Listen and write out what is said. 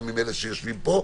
גם עם אלה שיושבים פה,